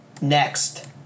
Next